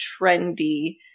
trendy